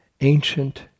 ancient